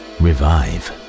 revive